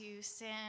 send